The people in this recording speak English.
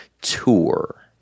tour